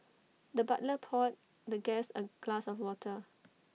the butler poured the guest A glass of water